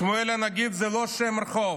שמואל הנגיד זה לא שם רחוב,